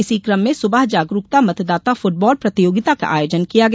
इसी कम में सुबह जागरूकता मतदाता फुटबाल प्रतियोगिता का आयोजन किया गया